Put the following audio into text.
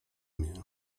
mnie